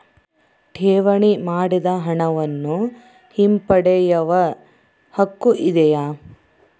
ಠೇವಣಿ ಮಾಡಿದ ಹಣವನ್ನು ಹಿಂಪಡೆಯವ ಹಕ್ಕು ಇದೆಯಾ?